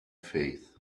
faith